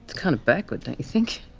kind of backward, don't you think?